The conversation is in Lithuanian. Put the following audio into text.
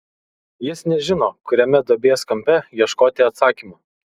jis nežino kuriame duobės kampe ieškoti atsakymų